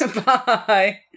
Bye